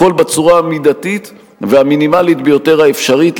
הכול בצורה המידתית והמינימלית ביותר האפשרית.